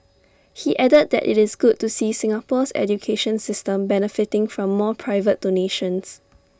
he added that IT is good to see Singapore's education system benefiting from more private donations